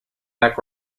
back